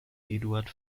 eduard